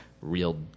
real